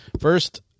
first